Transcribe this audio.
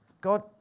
God